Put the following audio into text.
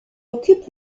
occupe